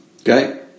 Okay